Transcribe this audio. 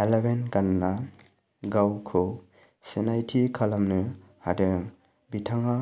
eleven गानना गावखौ सिनायथि खालामनो हादों बिथाङा